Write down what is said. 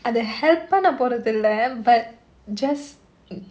அது:athu help பண்ண போறதில்ல:panna porathilla but just